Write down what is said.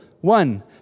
One